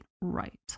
right